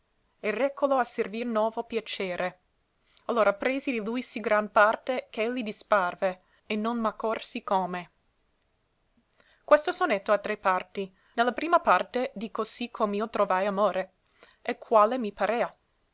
e rècolo a servir novo piacere allora presi di lui sì gran parte ch'elli disparve e non m'accorsi come questo sonetto ha tre parti ne la prima parte dico sì com'io trovai amore e quale mi parea